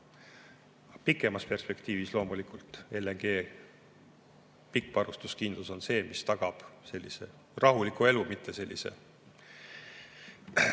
Pikemas perspektiivis on loomulikult LNG pikk varustuskindlus see, mis tagab rahuliku elu, mitte sellise